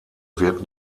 wird